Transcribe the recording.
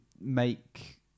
make